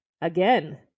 Again